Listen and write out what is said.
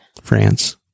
France